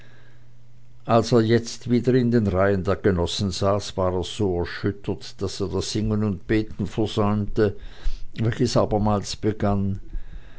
als er jetzt wieder in den reihen der genossen saß war er so erschüttert daß er das singen und beten versäumte welches abermals begann